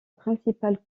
principale